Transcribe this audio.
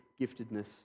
giftedness